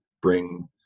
bring